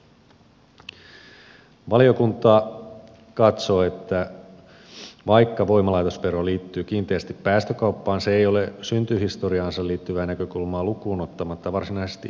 valiokunta katsoo että vaikka voimalaitosvero liittyy kiinteästi päästökauppaan se ei ole syntyhistoriaansa liittyvää näkökulmaa lukuun ottamatta varsinaisesti ympäristövero